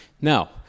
Now